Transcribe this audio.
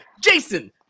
Jason